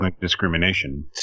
discrimination